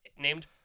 named